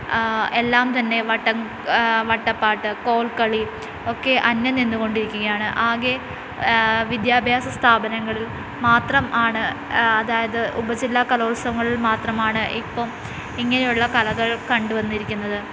എല്ലാം തന്നെ വട്ടപ്പാട്ട് കോൽക്കളി ഒക്കെ അന്യം നിന്നുകൊണ്ടിരിക്കുകയാണ് ആകെ വിദ്യാഭ്യാസ സ്ഥാപനങ്ങളിൽ മാത്രം ആണ് അതായത് ഉപജില്ലാകലോത്സവങ്ങളിൽ മാത്രമാണ് ഇപ്പം ഇങ്ങനെയുള്ള കലകൾ കണ്ടുവന്നിരിക്കുന്നത്